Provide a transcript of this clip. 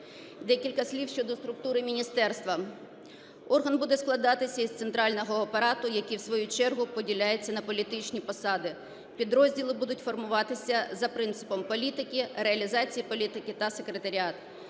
Декілька слів щодо структури міністерства. Орган буде складатися із центрального апарату, який в свою чергу поділяється на політичні посади. Підрозділи будуть формуватися за принципом політики, реалізації політики та секретаріат.